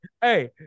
Hey